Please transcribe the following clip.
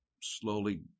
slowly